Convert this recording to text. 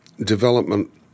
development